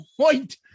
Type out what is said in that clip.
point